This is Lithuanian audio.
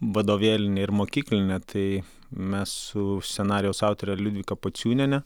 vadovėlinė ir mokyklinė tai mes su scenarijaus autore liudvika pociūniene